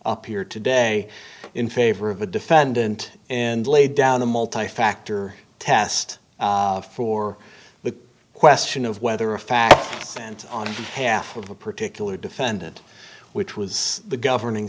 up here today in favor of a defendant and lay down the multi factor test for the question of whether a fact on half of a particular defendant which was the governing